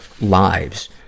lives